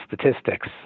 statistics